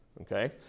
Okay